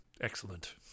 Excellent